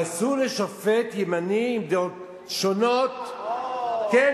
אסור לשופט ימני, עם דעות שונות, או, אוקיי.